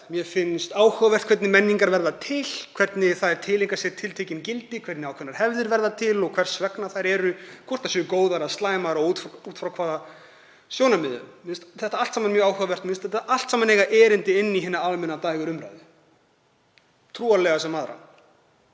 Mér finnst áhugavert hvernig menningar verða til og hvernig þær tileinka sér tiltekin gildi, hvernig ákveðnar hefðir verða til og hvers vegna þær eru, hvort þær eru góðar eða slæmar og út frá hvaða sjónarmiðum. Mér finnst það allt saman mjög áhugavert og finnst þetta allt saman eiga erindi inn í hina almennu dægurumræðu, trúarlega sem aðra.